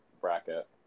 bracket